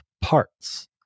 parts